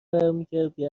برمیگردی